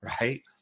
Right